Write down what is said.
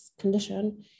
condition